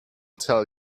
tell